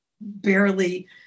barely